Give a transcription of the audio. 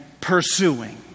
pursuing